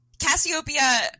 Cassiopeia